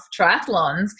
triathlons